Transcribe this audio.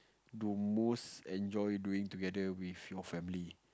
do most enjoy doing together with your family